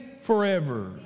forever